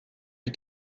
les